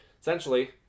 essentially